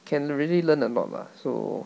can really learn a lot lah so